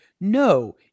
no